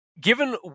Given